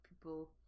people